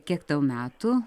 kiek tau metų